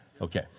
Okay